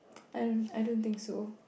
I don't I don't think so